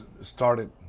started